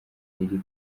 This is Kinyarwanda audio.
riri